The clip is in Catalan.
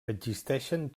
existeixen